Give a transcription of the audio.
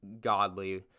godly